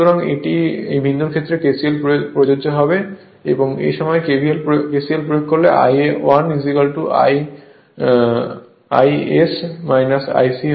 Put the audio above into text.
সুতরাং এই বিন্দুর ক্ষেত্রে KCL প্রযোজ্য এই সময়ে KCL প্রয়োগে পাবেন I1 Is Ic